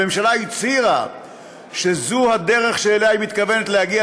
הממשלה הצהירה שזו הדרך שאליה היא מתכוונת להגיע,